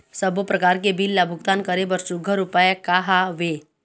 सबों प्रकार के बिल ला भुगतान करे बर सुघ्घर उपाय का हा वे?